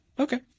Okay